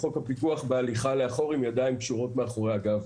חוק הפיקוח בהליכה לאחור עם ידיים קשורות מאחורי הגב.